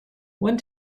one